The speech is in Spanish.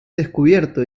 descubierto